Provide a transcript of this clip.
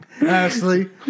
Ashley